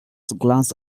glance